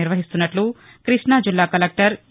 నిర్వహిస్తున్నట్లు కృష్ణాజిల్లా కలెక్టర్ ఎ